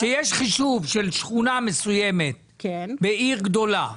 שיש חישוב של שכונה מסוימת בעיר גדולה.